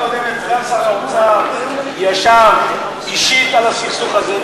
בפעם הקודמת סגן שר האוצר ישב אישית על הסכסוך הזה,